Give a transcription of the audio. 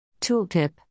tooltip